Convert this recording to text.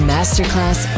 Masterclass